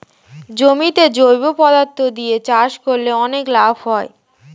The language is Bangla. জমিতে জৈব পদার্থ দিয়ে চাষ করলে অনেক লাভ হয়